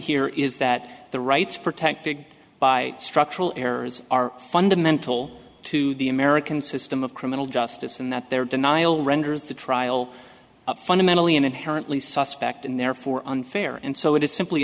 here is that the rights protected by structural errors are fundamental to the american system of criminal justice and there that denial renders the trial fundamentally and inherently suspect and therefore unfair and so it is simply